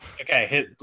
Okay